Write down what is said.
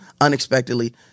unexpectedly